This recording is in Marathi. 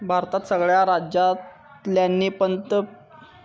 भारतात सगळ्या राज्यांतल्यानी प्रधानमंत्री आवास योजनेची सुविधा हा